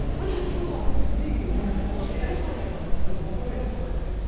i will go on singing for ever and ever.